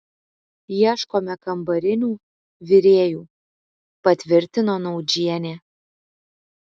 ieškome kambarinių virėjų patvirtino naudžienė